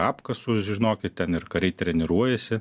apkasus žinokit ten ir kariai treniruojasi